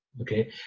Okay